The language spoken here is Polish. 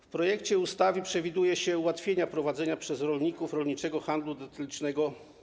W projekcie ustawy przewiduje się ułatwienia prowadzenia przez rolników rolniczego handlu detalicznego.